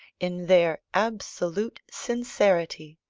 in their absolute sincerity,